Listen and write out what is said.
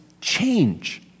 change